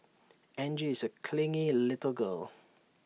Angie is A clingy little girl